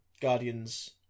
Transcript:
Guardians